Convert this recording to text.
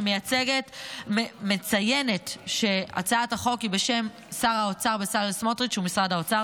אני מציינת שהצעת החוק היא בשם שר האוצר בצלאל סמוטריץ' ומשרד האוצר.